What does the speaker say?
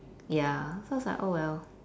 ya so I was like oh well